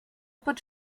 pot